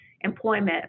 employment